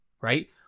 right